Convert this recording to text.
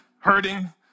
hurting